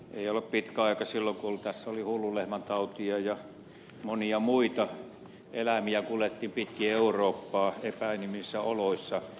ei ole pitkä aika siitä kun tässä oli hullunlehmäntautia ja monia muita eläimiä kuljetettiin pitkin eurooppaa epäinhimillisissä oloissa